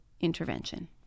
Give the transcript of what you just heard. intervention